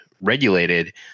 regulated